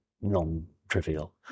non-trivial